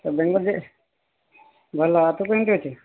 ବେଙ୍ଗଲୋର ଯେ ଭଲ ତୁ କେମିତି ଅଛୁ